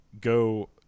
Go